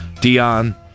Dion